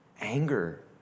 anger